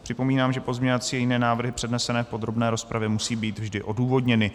Připomínám, že pozměňovací i jiné návrhy přednesené v podrobné rozpravě musí být vždy odůvodněny.